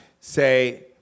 Say